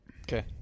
Okay